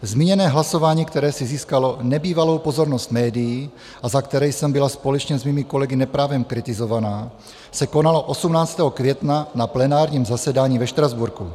Zmíněné hlasování, které si získalo nebývalou pozornost médií a za které jsem byla společně se svými kolegy neprávem kritizovaná, se konalo 18. května 2017 na plenárním zasedání ve Štrasburku.